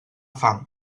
fam